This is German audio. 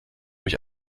mich